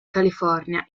california